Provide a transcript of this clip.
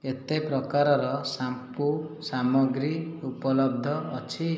କେତେ ପ୍ରକାରର ସାମ୍ପୁ ସାମଗ୍ରୀ ଉପଲବ୍ଧ ଅଛି